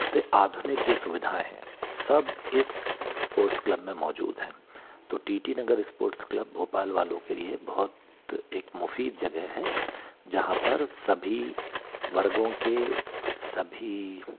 से आधुनिक जो सुवधिाऍं हैं वो सब इस इस्पोर्ट्स क्लब में मौजूद हैं तो T T Nagar sports club Bhopal वालों के लिए बहुत एक मुफीद जगह है जहाँ पर सभी वर्गों के सभी